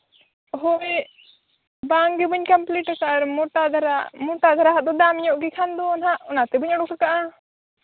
ᱦᱳᱭ ᱵᱟᱝᱜᱮ ᱵᱟᱹᱧ ᱠᱚᱢᱯᱞᱤᱴ ᱟᱠᱟᱫᱼᱟ ᱢᱳᱴᱟ ᱫᱷᱟᱨᱟ ᱢᱳᱴᱟ ᱫᱷᱟᱨᱟ ᱟᱜ ᱫᱚ ᱫᱟᱢ ᱧᱚᱜ ᱜᱮᱠᱷᱟᱱ ᱫᱚ ᱦᱟᱸᱜ ᱚᱱᱟᱛᱮ ᱵᱟᱹᱧ ᱚᱰᱳᱠ ᱟᱠᱟᱫᱼᱟ